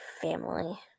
family